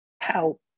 help